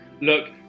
Look